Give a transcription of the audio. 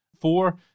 Four